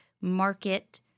market